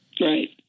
Right